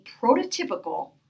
prototypical